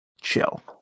Chill